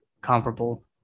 comparable